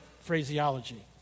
phraseology